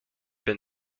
been